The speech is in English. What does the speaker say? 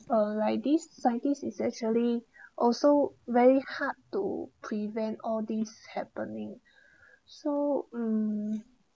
uh like these scientists is actually also very hard to prevent all this happening so mm